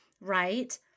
right